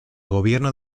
gobierno